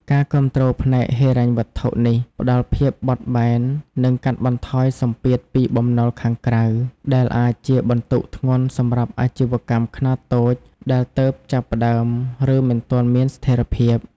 ការគាំទ្រផ្នែកហិរញ្ញវត្ថុនេះផ្តល់ភាពបត់បែន និងកាត់បន្ថយសម្ពាធពីបំណុលខាងក្រៅ ដែលអាចជាបន្ទុកធ្ងន់សម្រាប់អាជីវកម្មខ្នាតតូចដែលទើបចាប់ផ្តើម ឬមិនទាន់មានស្ថិរភាព។